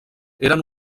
eren